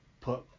Put